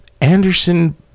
Anderson